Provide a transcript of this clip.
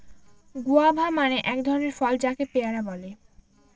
guava মানে এক ধরনের ফল যাকে পেয়ারা বলে